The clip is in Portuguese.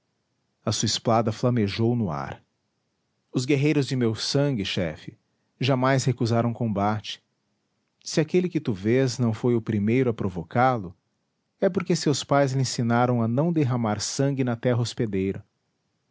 a sua espada flamejou no ar os guerreiros de meu sangue chefe jamais recusaram combate se aquele que tu vês não foi o primeiro a provocá lo é porque seus pais lhe ensinaram a não derramar sangue na terra hospedeira